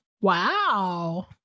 wow